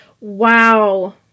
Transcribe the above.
Wow